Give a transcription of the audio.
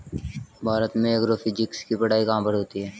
भारत में एग्रोफिजिक्स की पढ़ाई कहाँ पर होती है?